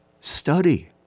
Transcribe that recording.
study